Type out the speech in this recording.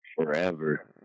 forever